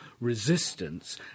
resistance